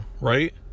right